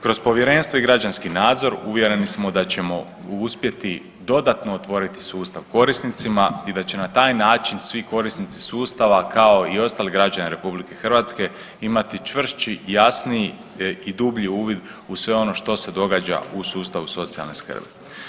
Kroz povjerenstvo i građanski nadzor uvjereni smo da ćemo uspjeti dodatno otvoriti sustav korisnicima i da će na taj način svi korisnici sustava kao i ostali građani RH imati čvršći, jasniji i dublji uvid u sve ono što se događa u sustavu socijalne skrbi.